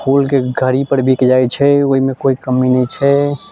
फूलके गाड़ी पर बिक जाइत छै ओहिमे कोइ कमी नहि छै